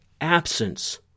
absence